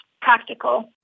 practical